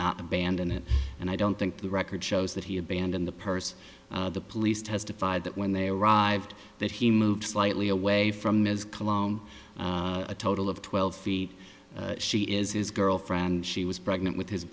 not abandon it and i don't think the record shows that he abandoned the purse the police testified that when they arrived that he moved slightly away from ms cologne a total of twelve feet she is his girlfriend she was pregnant with his